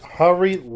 hurry